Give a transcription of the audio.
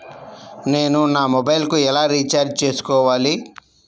నేను నా మొబైల్కు ఎలా రీఛార్జ్ చేసుకోవాలి?